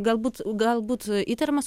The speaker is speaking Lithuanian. galbūt galbūt įtariamas